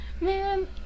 man